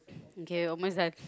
okay almost done